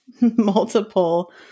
multiple